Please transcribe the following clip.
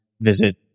visit